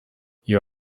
you